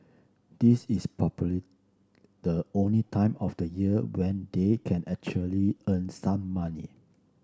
this is probably the only time of the year when they can actually earn some money